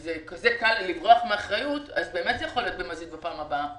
שזה כל כך קל לברוח מאחריות אז באמת זה יכול להיות במזיד בפעם הבאה